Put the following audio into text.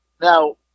now